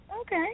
Okay